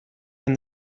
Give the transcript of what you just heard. and